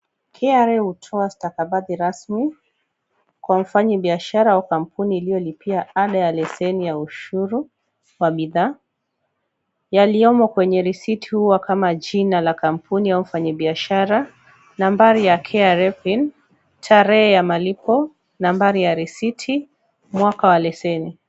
KRA hutoa stakabadhi rasmi kwa mfanyibiashara wa kampuni iliyolipia ada ya leseni ya ushuru wa bidhaa. Yaliomo kwenye risiti huwa kama jina la kampuni au mfanyibiashara, nambari ya KRA pin , tarehe ya malipo, nambari ya risiti mwaka wa leseni.